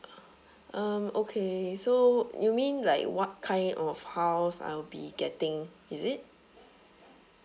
um okay so you mean like what kind of house I'll be getting is it